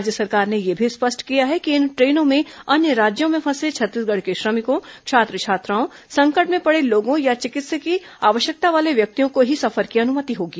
राज्य सरकार ने यह भी स्पष्ट किया है कि इन ट्रेनों में अन्य राज्यों में फंसे छत्तीसगढ़ के श्रमिकों छात्र छात्राओं संकट में पड़े लोगों या चिकित्सा वाले व्यक्तियों को ही सफर की अनुमति होगी